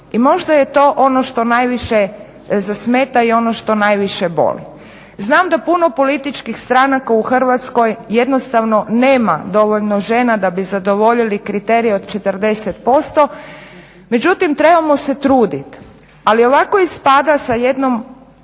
i možda je to ono što najviše zasmeta i ono što najviše boli. Znam da puno političkih stranaka u Hrvatskoj jednostavno nema dovoljno žena da bi zadovoljili kriterije od 40%, međutim trebamo se trudit ali ovako ispada sa jednim